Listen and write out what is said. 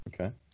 Okay